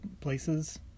places